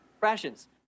rations